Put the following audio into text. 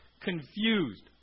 Confused